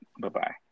Bye-bye